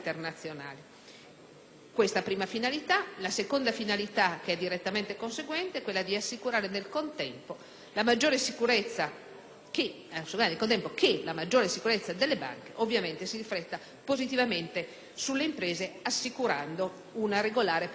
Questa è la prima finalità. La seconda finalità, direttamente conseguente, è assicurare nel contempo che la maggior sicurezza delle banche ovviamente si rifletta positivamente sulle imprese assicurando una regolare prestazione di credito.